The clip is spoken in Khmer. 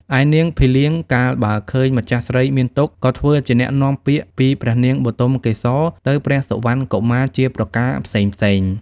ឯនាងភីលៀង កាលបើឃើញម្ចាស់ស្រីមានទុក្ខ ក៏ធ្វើជាអ្នកនាំពាក្យពីព្រះនាងបុទមកេសរទៅព្រះសុវណ្ណកុមារជាប្រការផ្សេងៗ។